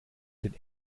den